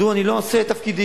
מדוע אני לא עושה את תפקידי